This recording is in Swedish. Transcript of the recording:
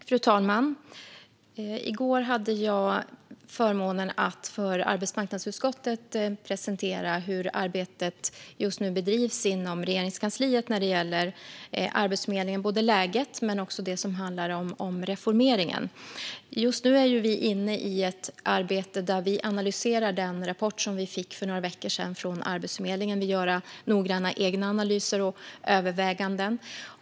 Fru talman! I går hade jag förmånen att för arbetsmarknadsutskottet presentera hur arbetet just nu bedrivs inom Regeringskansliet när det gäller Arbetsförmedlingen. Det gällde både läget och reformeringen. Vi är inne i ett arbete där vi analyserar den rapport från Arbetsförmedlingen som vi fick för några veckor sedan. Vi gör noggranna egna analyser och överväganden.